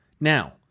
Now